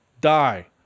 die